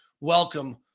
Welcome